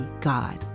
God